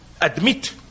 admit